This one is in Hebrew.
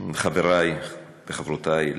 חברי וחברותי,